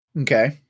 Okay